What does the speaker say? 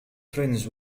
friends